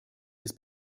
des